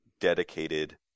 dedicated